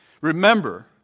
remember